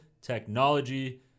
technology